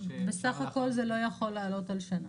בסך הכול זה לא יכול לעלות על שנה.